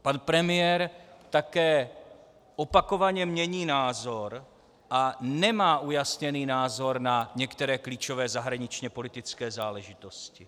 Pan premiér také opakovaně mění názor a nemá ujasněný názor na některé klíčové zahraničněpolitické záležitosti.